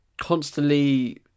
constantly